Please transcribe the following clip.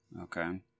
Okay